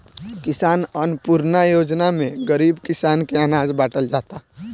किसान अन्नपूर्णा योजना में गरीब किसान के अनाज बाटल जाता